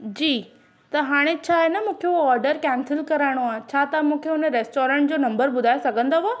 जी त हाणे छा आहे न मूंखे हू ऑडरु कैंसल कराइणो आहे छा तव्हां मूंखे उन रेस्टॉरंट जो नंबर ॿुधाए सघंदव